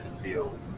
feel